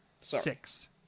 Six